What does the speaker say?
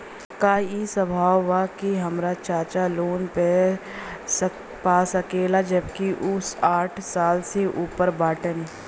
का ई संभव बा कि हमार चाचा लोन पा सकेला जबकि उ साठ साल से ऊपर बाटन?